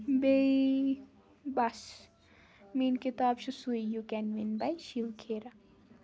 بیٚیہِ بَس میٛٲنۍ کِتاب چھِ سُے you can win by Shiv Khera